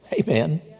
Amen